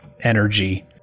energy